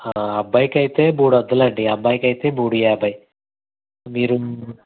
అబ్బాయికి అయితే మూడు వందలండి అమ్మాయికి అయితే మూడు యాభై మీరు